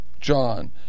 John